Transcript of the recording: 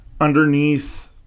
underneath